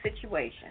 situation